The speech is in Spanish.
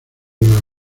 los